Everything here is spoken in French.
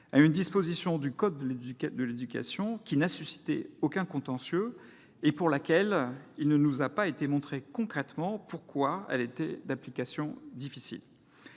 à une disposition du code de l'éducation qui n'a suscité aucun contentieux et dont il ne nous a pas été montré concrètement en quoi elle était d'application difficile.